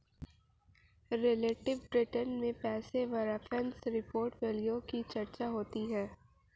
relative return में passive reference portfolio की भी चर्चा होती है